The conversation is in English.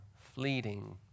fleeting